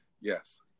Yes